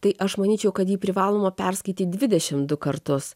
tai aš manyčiau kad jį privaloma perskaityt dvidešim du kartus